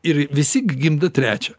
ir visi gimdo trečią